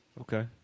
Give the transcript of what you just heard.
Okay